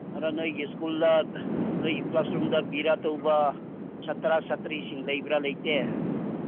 ꯑꯗ ꯅꯣꯏꯒꯤ ꯁ꯭ꯀꯨꯜꯗ ꯅꯣꯏꯒꯤ ꯀ꯭ꯂꯥꯁꯔꯨꯝꯗ ꯕꯦꯔꯥ ꯇꯧꯕ ꯁꯥꯇ꯭ꯔ ꯁꯥꯇ꯭ꯔꯤꯁꯤꯡ ꯂꯩꯕ꯭ꯔꯥ ꯂꯩꯇꯦ